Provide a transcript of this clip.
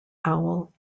owl